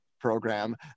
program